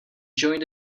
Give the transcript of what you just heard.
joined